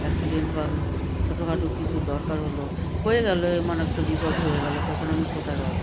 accident বা ছোটখাটো কিছু দরকার হল হয়ে গেল এমন একটা বিপদ হয়ে গেল তখন আমি কোথায় পাব